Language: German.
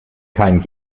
kein